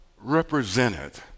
represented